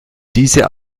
diese